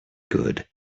good